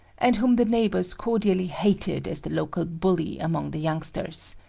and whom the neighbors cordially hated as the local bully among the youngsters.